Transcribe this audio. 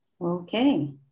Okay